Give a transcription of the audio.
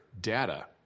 data